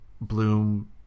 bloom